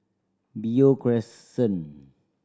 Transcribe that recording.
Beo Crescent